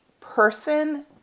person